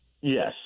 yes